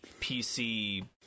PC